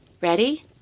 ready